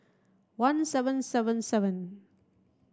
one seven seven seven